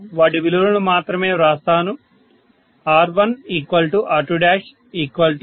నేను వాటి విలువలను మాత్రమే వ్రాస్తాను R1 R20